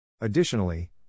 Additionally